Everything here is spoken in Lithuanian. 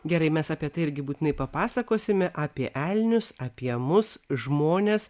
gerai mes apie tai irgi būtinai papasakosime apie elnius apie mus žmones